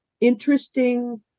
interesting